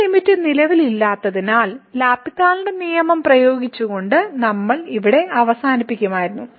ഈ ലിമിറ്റ് നിലവിലില്ലാത്തതിനാൽ എൽ ഹോസ്പിറ്റലിന്റെ നിയമം പ്രയോഗിച്ചുകൊണ്ട് നമ്മൾ ഇവിടെ അവസാനിപ്പിക്കുമായിരുന്നു